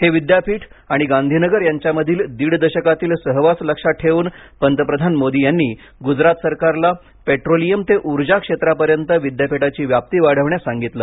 हे विद्यापीठ आणि गांधीनगर यांच्यामधील दीड दशकातील सहवास लक्षात ठेवून पंतप्रधान मोदींनी गुजरात सरकारला पेट्रोलियम ते ऊर्जा क्षेत्रापर्यंत विद्यापीठाची व्याप्ती वाढविण्यास सांगितले